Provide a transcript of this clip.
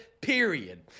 Period